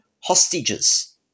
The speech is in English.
hostages